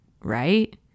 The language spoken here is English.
Right